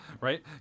right